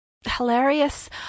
Hilarious